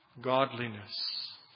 godliness